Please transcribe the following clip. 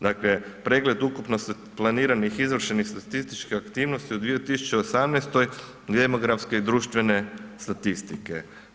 Dakle, pregled ukupno planiranih i izvršenih statističkih aktivnosti u 2018. demografske i društvene statistike.